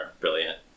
brilliant